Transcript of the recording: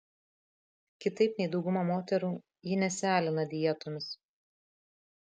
kitaip nei dauguma moterų ji nesialina dietomis